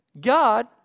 God